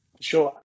Sure